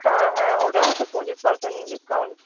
হ্যাঁ হ্যাঁ ওটাও তো পঁচিশ পার্সেন্ট ডিসকাউন্ট